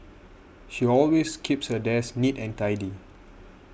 she always keeps her desk neat and tidy